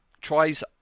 tries